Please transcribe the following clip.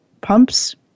pumps